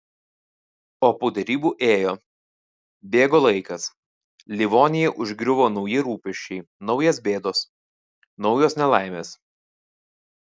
o po derybų ėjo bėgo laikas livoniją užgriuvo nauji rūpesčiai naujos bėdos naujos nelaimės